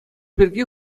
пирки